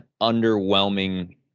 underwhelming